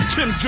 Tim